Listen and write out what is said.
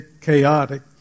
chaotic